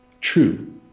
true